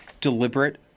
deliberate